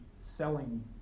selling